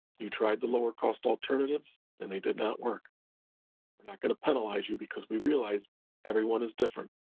you tried the lower cost alternatives, and they did not work. we're not gonna penalize you because we realize everyone is different.